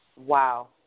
Wow